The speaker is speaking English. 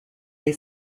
they